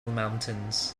mountains